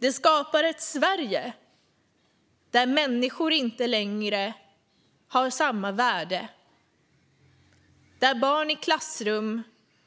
Det skapar ett Sverige där alla människor inte längre har samma värde och där barn i klassrum